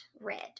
red